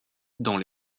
dans